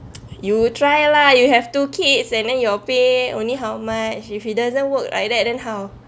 you try lah you have two kids and then your pay only how much if he doesn't work like that then how